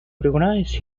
recognize